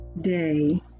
day